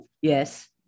Yes